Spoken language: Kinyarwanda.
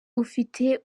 ufite